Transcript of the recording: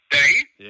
Dave